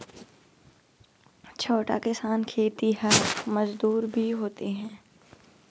छोटे किसान खेतिहर मजदूर भी होते हैं